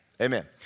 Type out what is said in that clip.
Amen